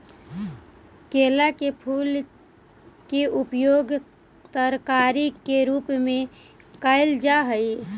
केला के फूल के उपयोग तरकारी के रूप में कयल जा हई